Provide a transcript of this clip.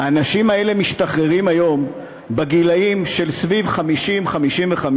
האנשים האלה משתחררים היום בסביבות גיל 50 55,